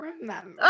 remember